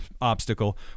obstacle